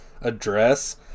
address